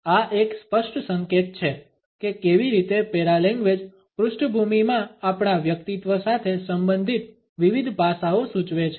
આ એક સ્પષ્ટ સંકેત છે કે કેવી રીતે પેરાલેંગ્વેજ પૃષ્ઠભૂમિમાં આપણા વ્યક્તિત્વ સાથે સંબંધિત વિવિધ પાસાઓ સૂચવે છે